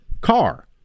car